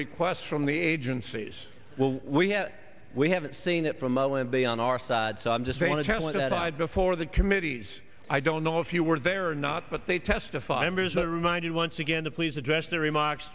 requests from the agencies will we have we haven't seen it from o m b on our side so i'm just saying the challenge that i had before the committees i don't know if you were there or not but they testify embers were reminded once again to please address their remarks